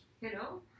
Hello